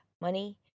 money